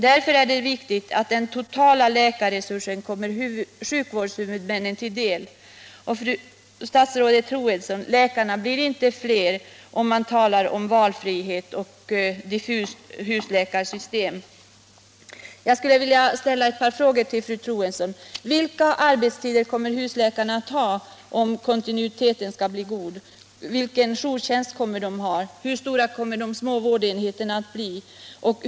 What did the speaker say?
Det är viktigt att de totala läkarresurserna kommer sjukvårdshuvudmännen till del. Och, fru statsrådet Troedsson, läkarna blir inte fler för att man talar om valfrihet och ett diffust husläkarsystem. Jag skulle vilja ställa ett par frågor till fru Troedsson. Vilka arbetstider kommer husläkarna att ha, om kontinuiteten skall bli god? Vilken jourtjänst kommer de att ha? Hur stora kommer de små vårdenheterna att bli?